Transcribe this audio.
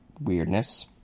weirdness